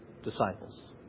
Disciples